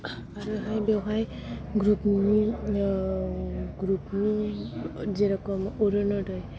आरोहाय बेवहाय ग्रुपनि जेरखम अरुनदय